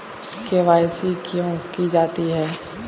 KYC क्यों की जाती है?